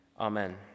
Amen